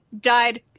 Died